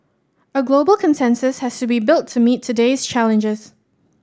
a global consensus has to be built to meet today's challenges